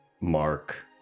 mark